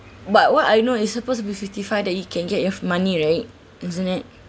but what I know it's supposed to be fifty five that you can get your money right isn't it